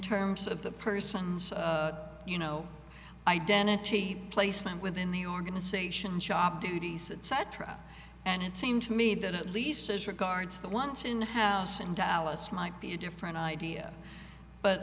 terms of the person's you know identity placement within the organization job duties and cetera and it seemed to me that at least as regards the once in the house in dallas might be a different idea but